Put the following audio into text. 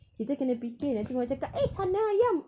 kita kena fikir nanti mama cakap eh sana ayam